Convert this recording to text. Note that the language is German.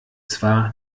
zwar